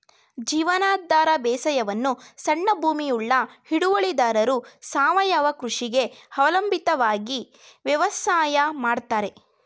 ಜೀವನಾಧಾರ ಬೇಸಾಯವನ್ನು ಸಣ್ಣ ಭೂಮಿಯುಳ್ಳ ಹಿಡುವಳಿದಾರರು ಸಾವಯವ ಕೃಷಿಗೆ ಅವಲಂಬಿತವಾಗಿ ವ್ಯವಸಾಯ ಮಾಡ್ತರೆ